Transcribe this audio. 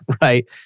Right